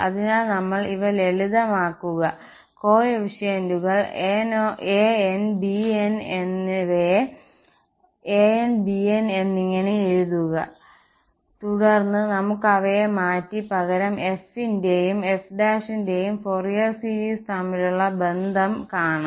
അതിനാൽ നമ്മൾ ഇവ ലളിതമാക്കു കോഎഫിഷ്യന്റുകൾ a'n b'n എന്നിട്ട് അവയെ an bn എന്നിങ്ങനെ എഴുതുക തുടർന്ന് നമുക്ക് അവയെ മാറ്റി പകരം F ന്റെയും f ന്റെയും ഫൊറിയർ സീരീസ് തമ്മിലുള്ള ബന്ധം കാണാം